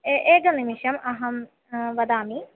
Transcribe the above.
ए एकं निमिषम् अहं वदामि